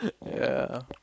ya